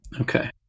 Okay